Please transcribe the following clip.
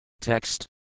Text